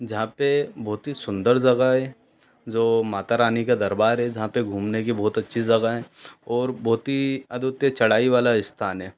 जहाँ पे बहुत ही सुंदर ज़गह है जो मातारानी का दरबार है जहाँ पे घूमने की बहुत अच्छी ज़गह है और बहुत ही अद्वितीय चढ़ाई वाला स्थान है